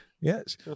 Yes